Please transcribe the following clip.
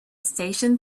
station